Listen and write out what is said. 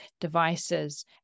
devices